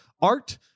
art